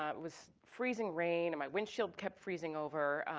ah was freezing rain, and my windshield kept freezing over,